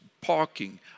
parking